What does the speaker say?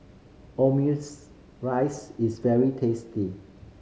omurice is very tasty